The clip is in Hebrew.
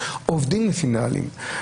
עובדים לפי נהלים.